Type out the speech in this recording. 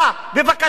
בבקשה,